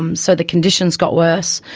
um so the conditions got worse.